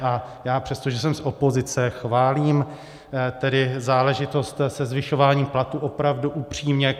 A já přesto, že jsem z opozice, chválím tedy záležitost se zvyšováním platů, opravdu upřímně.